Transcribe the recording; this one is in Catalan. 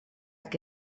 que